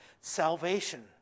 salvation